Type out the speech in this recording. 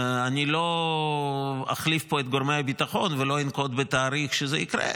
אני לא אחליף פה את גורמי הביטחון ולא אנקוב בתאריך שבו זה יקרה.